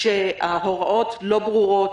שההוראות לא ברורות,